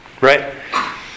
Right